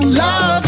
love